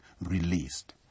released